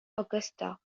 augusta